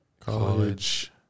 college